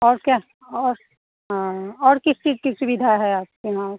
और क्या और हाँ और किस चीज़ की सुविधा है आपके वहाँ